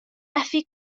methu